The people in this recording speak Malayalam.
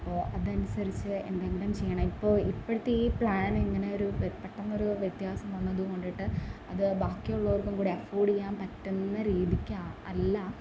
അപ്പോള് അതനുസരിച്ച് എന്തെങ്കിലും ചെയ്യണം ഇപ്പോള് ഇപ്പോഴത്തെ ഈ പ്ലാനിങ്ങനെ ഒരു പെട്ടന്നൊരു വ്യത്യാസം വന്നതുകൊണ്ടിട്ട് അത് ബാക്കിയുള്ളവർക്കുംകൂടെ അഫോർഡെയ്യാൻ പറ്റുന്ന രീതിക്ക് അല്ല